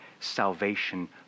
salvation